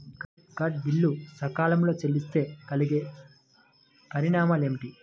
Credit card bill సకాలంలో చెల్లిస్తే కలిగే పరిణామాలేమిటి?